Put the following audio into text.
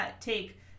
take